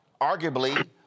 arguably